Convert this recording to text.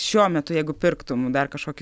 šiuo metu jeigu pirktum dar kažkokį